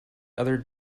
other